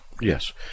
Yes